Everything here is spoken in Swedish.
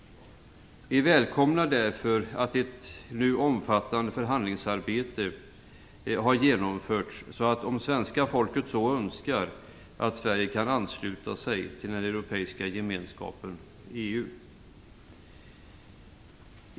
Vi välkomnar därför att ett omfattande förhandlingsarbete nu har genomförts så att, om svenska folket så önskar, Sverige kan ansluta sig till den europeiska gemenskapen, EU.